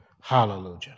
Hallelujah